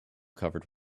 covered